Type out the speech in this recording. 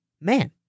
man